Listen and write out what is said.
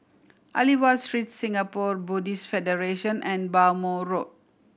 Aliwal Street Singapore Buddhist Federation and Bhamo Road